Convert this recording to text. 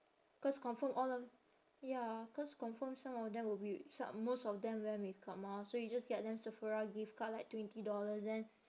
cause confirm all of ya cause confirm some of them will be some most of them wear makeup mah so you just get them sephora gift card like twenty dollars then